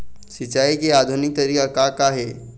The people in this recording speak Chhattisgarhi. सिचाई के आधुनिक तरीका का का हे?